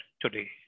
today